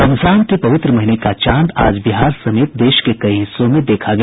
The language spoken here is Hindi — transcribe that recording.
रमजान के पवित्र महीने का चांद आज बिहार समेत देश के कई हिस्सों में देखा गया